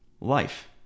life